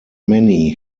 many